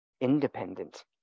independent